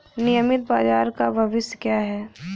नियमित बाजार का भविष्य क्या है?